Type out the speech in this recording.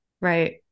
Right